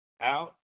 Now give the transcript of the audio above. out